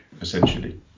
essentially